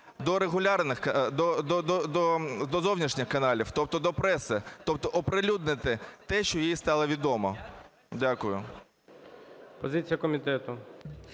таємницею до зовнішніх каналів, тобто до преси, тобто оприлюднити те, що їй стало відомо. Дякую.